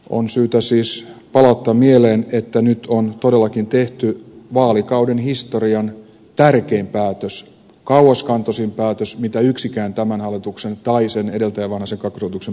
on syytä siis palauttaa mieleen että nyt on todellakin tehty vaalikauden historian tärkein päätös kauaskantoisin päätös mitä yksikään tämän hallituksen tai sen edeltäjän vanhasen kakkoshallituksen päätös on ollut